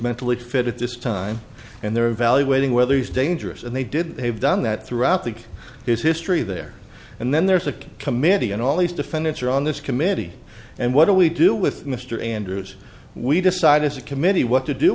mentally fit at this time and they're evaluating whether he's dangerous and they did they've done that throughout the his history there and then there's a committee and all these defendants are on this committee and what do we do with mr andrews we decide is a committee what to do